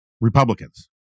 Republicans